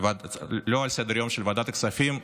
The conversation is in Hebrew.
לא על סדר-היום של ועדת הכספים.